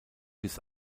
bis